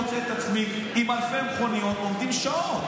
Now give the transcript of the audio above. אני מוצא את עצמי עם אלפי מכוניות עומדים שעות.